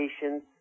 patients